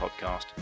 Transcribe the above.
podcast